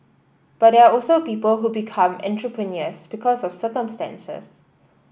but there are also people who become entrepreneurs because of circumstances